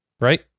right